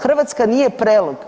Hrvatska nije Prelog.